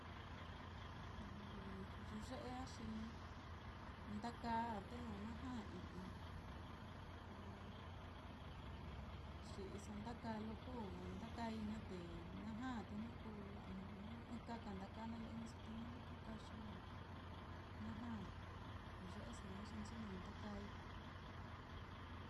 Livi yuye'e á xi livi ndaka á te lo na ja i'i, na xi'iso ndaka lo kuu ndakai naá te na já, te jnu kú, ɨkaka ndaka naá laijñaso te ñaliko kaxi lo na ja yuye'eso naá xi nchinɨ ndakai.